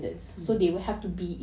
mm